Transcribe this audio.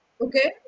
Okay